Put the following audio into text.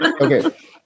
okay